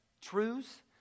truths